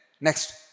next